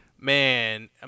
Man